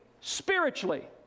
spiritually